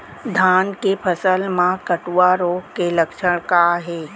धान के फसल मा कटुआ रोग के लक्षण का हे?